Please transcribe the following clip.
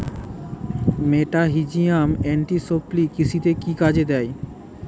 মেটাহিজিয়াম anisopliae কৃষিতে কি কাজে দেয়?